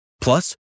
Plus